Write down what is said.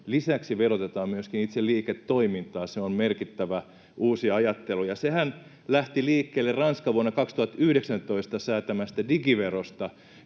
lisäksi verotetaan myöskin itse liiketoimintaa. Se on merkittävä uusi ajattelu, ja sehän lähti liikkeelle Ranskan vuonna 2019 säätämästä digiverosta,